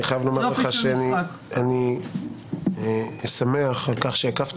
אני חייב לומר לך שאני שמח על כך שהקפת